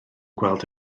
gweld